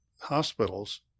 hospitals